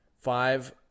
five